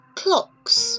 clocks